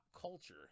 culture